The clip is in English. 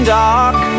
dark